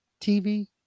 tv